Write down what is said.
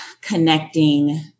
connecting